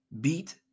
beat